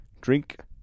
drink